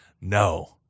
no